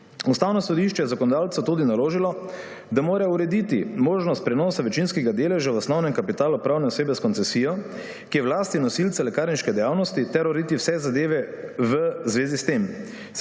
Ustavno sodišče je zakonodajalcu tudi naložilo, da mora urediti možnost prenosa večinskega deleža v osnovnem kapitalu pravne osebe s koncesijo, ki je v lasti nosilca lekarniške dejavnosti, ter urediti vse zadeve v zvezi s tem,